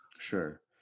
Sure